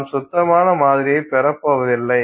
நாம் சுத்தமான மாதிரியைப் பெறப்போவதில்லை